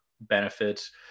benefits